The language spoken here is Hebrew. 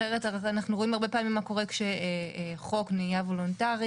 אחרת אנחנו רואים מה קורה כשחוק נהיה וולונטרי